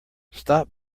stop